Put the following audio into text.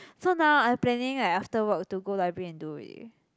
so now I planning like after work to go library and do it